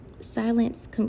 silence